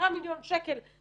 10 מיליון שקלים,